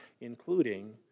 including